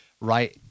Right